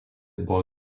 buvo